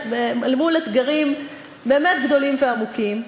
אל מול אתגרים באמת גדולים ועמוקים,